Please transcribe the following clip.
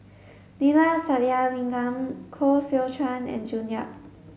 Neila Sathyalingam Koh Seow Chuan and June Yap